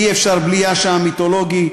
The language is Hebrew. אי-אפשר בלי יאשה המיתולוגי,